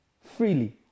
Freely